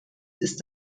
ist